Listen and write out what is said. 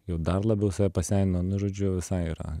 jau dar labiau save paseninau nu žodžiu visai yra